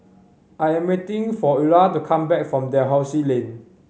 I'm waiting for Eulah to come back from Dalhousie Lane